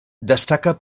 destaca